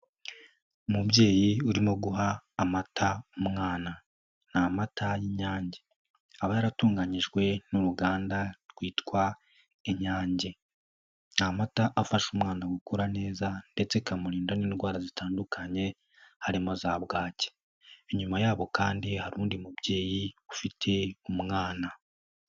Umubyeyi urimo guha amata umwana, ni mata y'Inyange, aba yaratunganyijwe n'uruganda rwitwa Inyange, ni amata afasha umwana gukura neza ndetse akamurinda n'indwara zitandukanye, harimo za bwacya, inyuma yabo kandi hari undi mubyeyi ufite umwana.